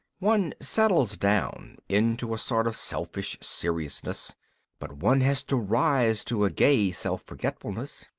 one settles down into a sort of selfish seriousness but one has to rise to a gay self-forgetfulness.